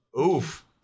Oof